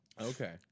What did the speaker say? Okay